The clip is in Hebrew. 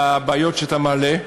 לבעיות שאתה מעלה.